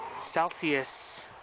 Celsius